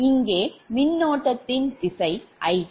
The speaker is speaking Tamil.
இங்கே மின்னோட்டத்தின் திசை Ik